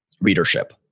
readership